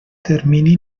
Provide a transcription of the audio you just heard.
termini